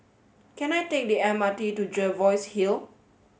can I take the M R T to Jervois Hill